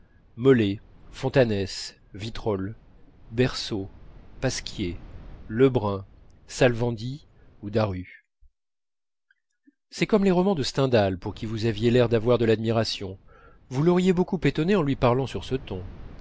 molé fontanes vitrolles bersot pasquier lebrun salvandry ou daru c'est comme les romans de stendhal pour qui vous aviez l'air d'avoir de l'admiration vous l'auriez beaucoup étonné en lui parlant sur ce ton